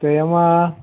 તો એમાં